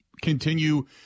continue